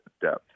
depth